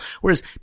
whereas